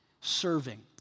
serving